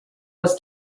was